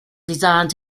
designed